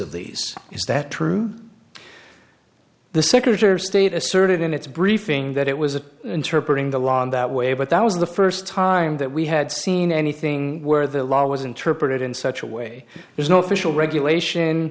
of these is that true the secretary of state asserted in its briefing that it was a interpret in the law in that way but that was the first time that we had seen anything where the law was interpreted in such a way there's no official regulation